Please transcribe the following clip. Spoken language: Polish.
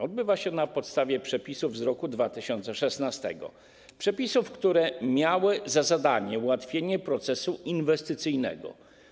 Odbywa się to na podstawie przepisów z roku 2016, przepisów, które miały za zadanie ułatwienie procesu inwestycyjnego.